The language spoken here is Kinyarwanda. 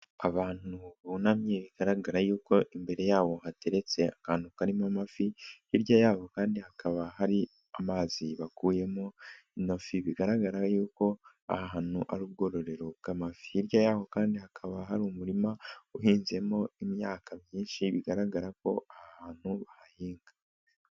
Abantu bunamye bigaragara yuko imbere yawo hateretse akantu karimo amafi, hirya yabo kandi hakaba hari amazi bakuyemo amafi, bigaragara yuko ahantu ari ubwororero bw'amafi, hirya yaho kandi hakaba hari umurima uhinzemo imyaka myinshi bigaragara ko ari ahantu bahinga.